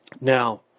Now